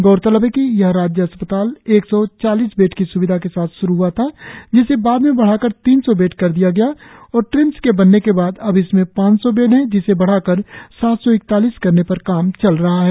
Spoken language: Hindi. गौरतलब है कि यह राज्य अस्पताल एक सौ चालीस बैड की स्विधा के साथ श्रु हआ था जिसे बाद में बढ़ाकर तीन सौ बेड कर दिया गया और ट्रिम्स के बनने के बाद अब इसमें पांच सौ बेड है जिसे बढ़ाकर सात सौ इकतालीस करने पर काम चल रहा है